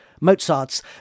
Mozart's